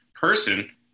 person